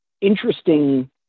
interesting